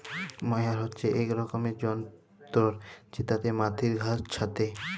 ময়ার হছে ইক রকমের যল্তর যেটতে মাটির ঘাঁস ছাঁটে